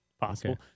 possible